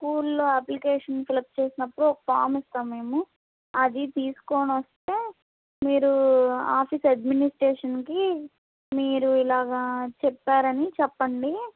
స్కూల్లో application fill up చేసినప్పుడు ఒక ఫామ్ ఇస్తాం మేము అది తీసుకోని వస్తే మీరు ఆఫీస్ అడ్మినిస్టేషన్కి మీరు ఇలాగ చెప్పారని చెప్పండి